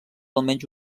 almenys